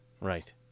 Right